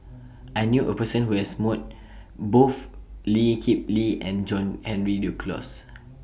I knew A Person Who has mood Both Lee Kip Lee and John Henry Duclos